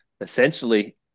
essentially